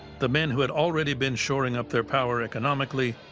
the men who had already been shoring up their power economically